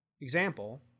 example